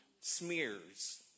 smears